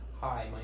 Hi